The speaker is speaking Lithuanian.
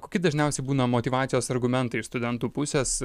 kokie dažniausiai būna motyvacijos argumentai iš studentų pusės